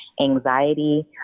anxiety